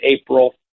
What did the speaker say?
April